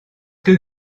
que